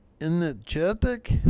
energetic